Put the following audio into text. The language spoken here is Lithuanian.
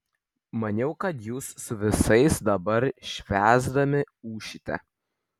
maniau kad jūs su visais dabar švęsdami ūšite